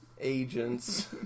agents